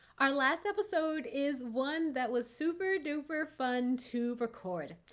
our last episode is one that was super duper fun to record.